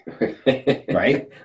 right